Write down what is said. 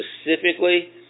specifically